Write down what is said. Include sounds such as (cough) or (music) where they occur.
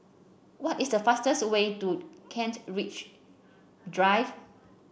what is the fastest way to Kent Ridge Drive (noise)